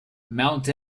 mount